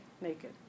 naked